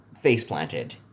face-planted